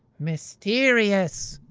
mysterious!